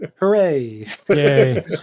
Hooray